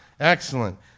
Excellent